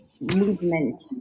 movement